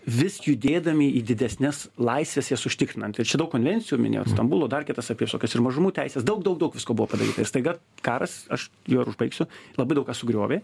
vis judėdami į didesnes laisves jas užtikrinant ir čia daug konvencijų minėjot stambulo dar kitas apie visokias ir mažumų teises daug daug daug visko buvo padaryta ir staiga karas aš juo ir užbaigsiu labai daug ką sugriovė